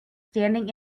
standing